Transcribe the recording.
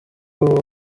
uwo